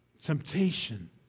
temptation